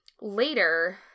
Later